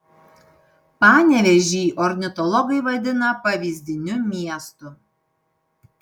panevėžį ornitologai vadina pavyzdiniu miestu